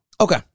Okay